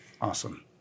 Awesome